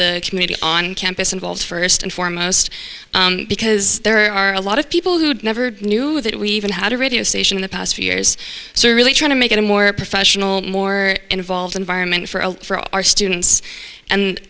the community on campus involved first and foremost because there are a lot of people who never knew that we even had a radio station in the past few years so we're really trying to make it a more professional more involved environment for and for our students and